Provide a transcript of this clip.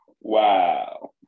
wow